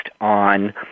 on